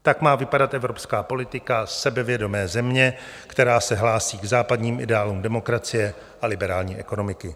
Tak má vypadat evropská politika sebevědomé země, která se hlásí k západním ideálům demokracie a liberální ekonomiky.